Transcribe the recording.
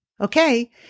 Okay